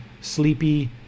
sleepy